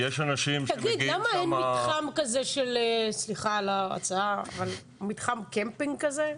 תגיד, סליחה על ההצעה, למה אין מתחם קמפינג כזה?